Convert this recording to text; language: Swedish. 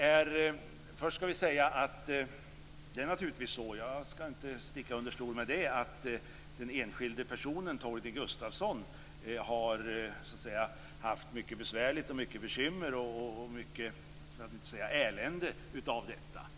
Jag skall inte sticka under stol med att den enskilda personen Torgny Gustafsson har haft mycket besvär och mycket bekymmer, för att inte säga elände, av detta.